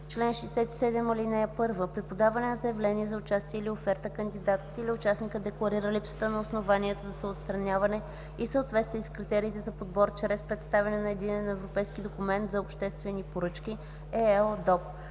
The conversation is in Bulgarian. Чл. 67. (1) При подаване на заявление за участие или оферта кандидатът или участникът декларира липсата на основанията за отстраняване и съответствие с критериите за подбор чрез представяне на